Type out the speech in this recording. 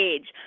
Age